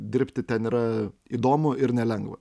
dirbti ten yra įdomu ir nelengva